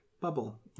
bubble